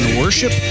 worship